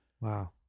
wow